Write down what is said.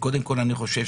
אני חושב